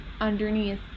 underneath